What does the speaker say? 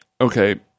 Okay